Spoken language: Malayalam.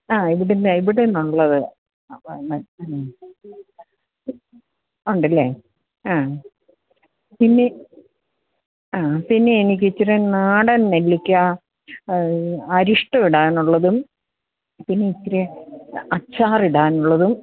ആ ഇവിടുന്ന് ഇവിടെ നിന്നുള്ളത് പിന്നെ മ് ഉണ്ടല്ലേ ആ പിന്നെ ആ പിന്നേ എനിക്ക് ഇച്ചിരെ നാടൻ നെല്ലിക്ക അരിഷ്ടവിടാനുള്ളതും പിന്നെ ഇച്ചിരെ അച്ചാറിടാനുള്ളതും